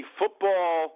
football